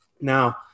Now